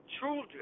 children